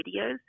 videos